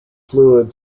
fluid